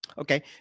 Okay